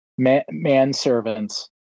manservants